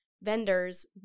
vendors